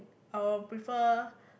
I'll prefer